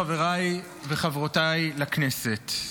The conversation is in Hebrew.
חבריי וחברותיי לכנסת,